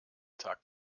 tag